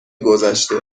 گذشته